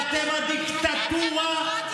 אתם דמוקרטים?